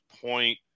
point